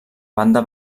banda